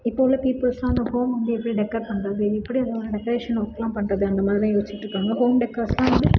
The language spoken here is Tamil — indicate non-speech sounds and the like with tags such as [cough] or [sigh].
இப்போ உள்ள பீப்பிள்ஸ்லாம் வந்து ஹோமை வந்து எப்படி டெக்கர் பண்றது எப்படி [unintelligible] டெக்ரேஷன் ஒர்க்லாம் பண்றது அந்தமாதிரி தான் யோசிச்சிட்டிருக்காங்க ஹோம் டெக்கர்ஸ்லாம் வந்து